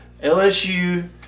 LSU